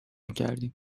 کردیم